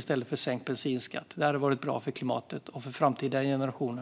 stället för sänkt bensinskatt. Det hade varit bra för klimatet och för framtida generationer.